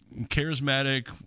charismatic